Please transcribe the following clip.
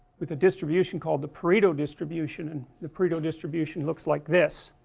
with a distribution called the pareto distribution, and the pareto distribution looks like this